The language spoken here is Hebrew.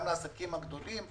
גם לעסקים הגדולים,